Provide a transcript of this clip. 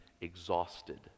exhausted